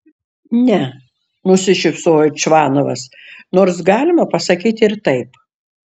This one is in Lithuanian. ne nusišypsojo čvanovas nors galima pasakyti ir taip